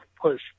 push